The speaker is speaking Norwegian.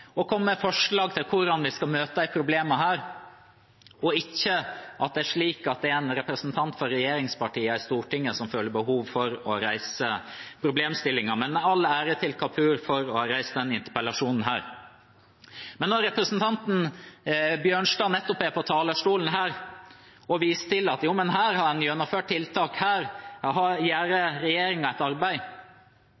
å presentere tiltak og komme med forslag til hvordan vi skal møte disse problemene, og ikke at det er en representant for regjeringspartiene i Stortinget som føler behov for å reise problemstillingen. Men all ære til Kapur for å ha reist denne interpellasjonen. Representanten Bjørnstad var nettopp på talerstolen og viste til at her har man gjennomført tiltak, her gjør regjeringen et arbeid. Vel, det er ikke et arbeid som regjeringen har